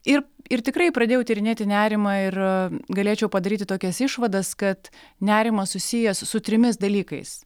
ir ir tikrai pradėjau tyrinėti nerimą ir galėčiau padaryti tokias išvadas kad nerimas susijęs su trimis dalykais